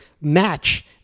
match